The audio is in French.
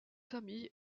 famille